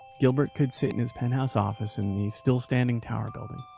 gilbert could sit in his penthouse office, in the still-standing tower building,